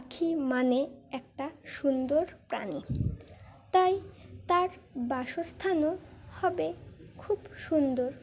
পাখি মানে একটা সুন্দর প্রাণী তাই তার বাসস্থানও হবে খুব সুন্দর